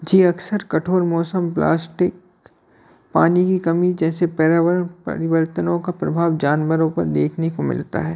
जो अक्सर कठोर मौसम प्लास्टिक पानी की कमी जैसे पर्यावरण परिवर्तनों का प्रभाव जानवरों पर देखने को मिलता है